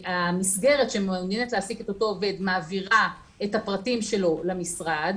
המסגרת שמעוניינת להעסיק את אותו עובד מעבירה את הפרטים שלו למשרד,